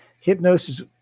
hypnosis